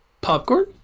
Popcorn